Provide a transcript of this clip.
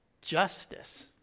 justice